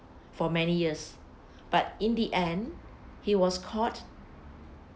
for many years but in the end he was caught